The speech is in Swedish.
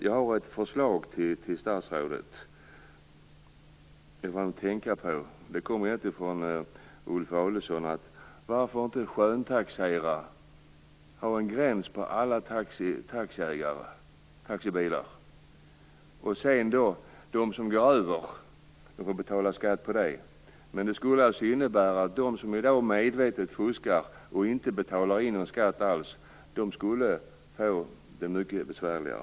Jag har ett förslag till statsrådet, som han kan tänka på. Det kommer egentligen från Ulf Adelsohn. Varför inte skönstaxera? Man kunde ha en gräns för alla taxibilar, och de som går över den får betala skatt på det. Det skulle innebära att de som i dag medvetet fuskar och inte betalar in någon skatt alls skulle få det mycket besvärligare.